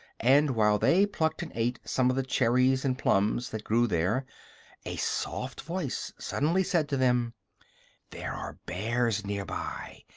and while they plucked and ate some of the cherries and plums that grew there a soft voice suddenly said to them there are bears near by.